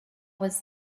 was